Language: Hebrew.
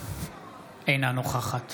אינה נוכחת